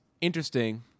interesting